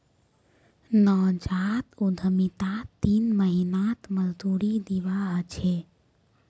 नवजात उद्यमितात तीन महीनात मजदूरी दीवा ह छे